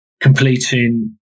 completing